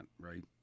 right